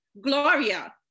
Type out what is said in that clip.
Gloria